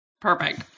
Perfect